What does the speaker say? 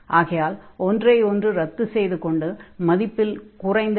ஆகையால் ஒன்றை ஒன்று ரத்து செய்துகொண்டு மதிப்பில் குறைந்து விடும்